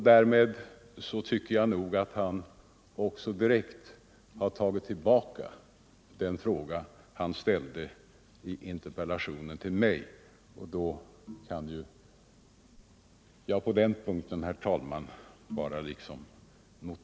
Därmed tycker jag också att han har tagit tillbaka den fråga som han ställde i sin interpellation till mig, och då kan jag nöja mig med att bara notera den saken.